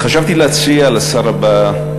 וחשבתי להציע לשר הבא,